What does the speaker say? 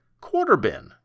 Quarterbin